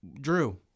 Drew